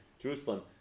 Jerusalem